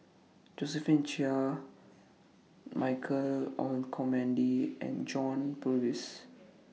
Josephine Chia Michael Olcomendy and John Purvis